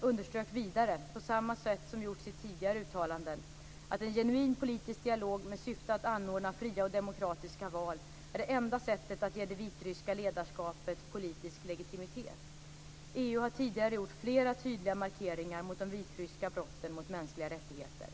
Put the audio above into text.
underströk vidare - på samma sätt som gjorts i tidigare uttalanden - att en genuin politisk dialog med syfte att anordna fria och demokratiska val är det enda sättet att ge det vitryska ledarskapet politisk legitimitet. EU har tidigare gjort flera tydliga markeringar mot de vitryska brotten mot mänskliga rättigheter.